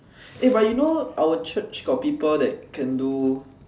eh but you know our church got people that can do